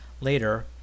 Later